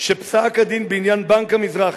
שפסק-הדין בעניין בנק המזרחי,